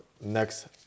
next